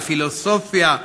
לפילוסופיה,